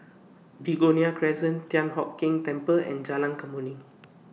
Begonia Crescent Thian Hock Keng Temple and Jalan Kemuning